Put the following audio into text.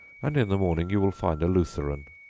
and in the morning you will find a lutheran.